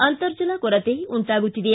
ಅಂರ್ತಜಲ ಕೊರತೆ ಉಂಟಾಗುತ್ತಿದೆ